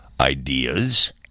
ideas